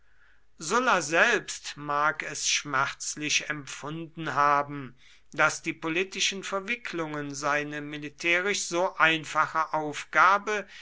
sulla selbst mag es schmerzlich empfunden haben daß die politischen verwicklungen seine militärisch so einfache aufgabe